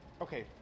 okay